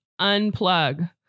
unplug